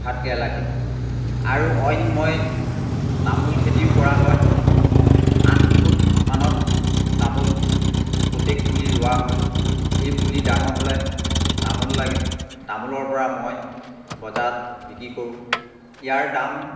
ভাতকেৰেলা খেতি আৰু অইন মই তামোল খেতিও কৰা হয় আঠ ফুটমানত তামোল প্ৰত্যেক পুলি ৰোৱা হয় এই পুলি ডাঙৰ হ'লে তামোল লাগে তামোলৰ পৰা মই বজাৰত বিক্ৰী কৰোঁ ইয়াৰ দাম